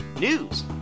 news